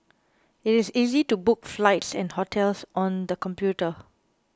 it is easy to book flights and hotels on the computer